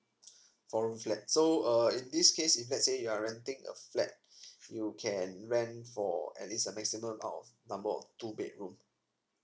four room flat so uh in this case if let's say you are renting a flat you can rent for at least a maximum out of number of two bedroom